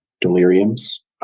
deliriums